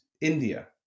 India